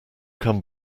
come